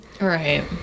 Right